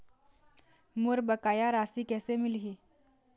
मोर बकाया राशि कैसे मिलही?